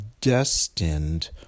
destined